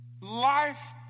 Life